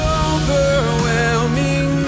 overwhelming